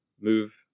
move